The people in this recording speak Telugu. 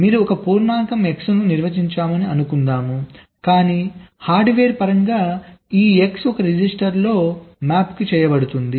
మీరు ఒక పూర్ణాంకం X ను నిర్వచించాము అనుకుందాం కాని హార్డ్వేర్ పరంగా ఈ X ఒక రిజిస్టర్లోకి మ్యాప్ చేయబడుతుంది